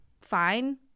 fine